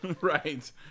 Right